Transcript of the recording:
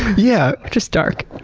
yeah just dark.